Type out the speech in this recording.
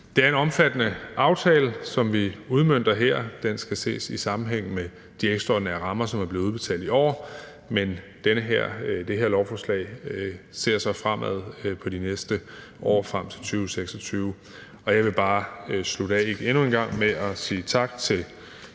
Det er en omfattende aftale, som vi udmønter her, og den skal ses i sammenhæng med de ekstraordinære rammer, som er blevet udbetalt i år, men det her lovforslag ser så fremad på de næste år frem til 2026. Jeg vil bare slutte af med endnu en gang at sige tak til